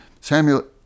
Samuel